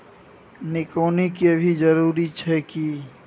निकौनी के भी जरूरी छै की?